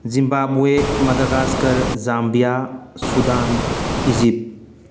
Zimbabwe madagascar Zambia Sudan Egypt